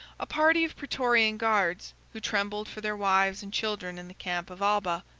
a party of praetorian guards, who trembled for their wives and children in the camp of alba,